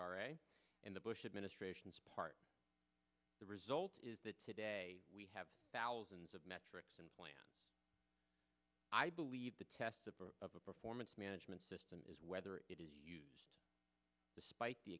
s in the bush administration's part the result is that today we have thousands of metrics and plans i believe the test of a performance management system is whether it is despite the